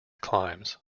climbs